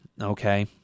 okay